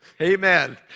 Amen